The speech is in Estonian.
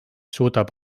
suudab